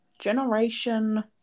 generation